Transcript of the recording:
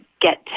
get